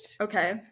Okay